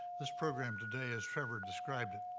this program today, as trevor described it,